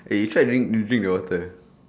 eh you tried doing to drink the water